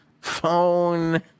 phone